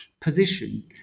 position